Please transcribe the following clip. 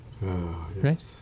right